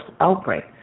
outbreak